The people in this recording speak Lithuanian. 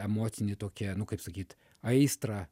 emocinį tokią nu kaip sakyt aistrą